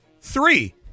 Three